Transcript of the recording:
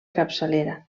capçalera